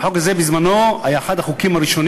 החוק הזה בזמנו היה אחד החוקים הראשונים